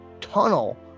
tunnel